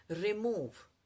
remove